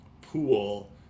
pool